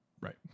right